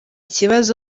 kibazo